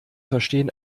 verstehen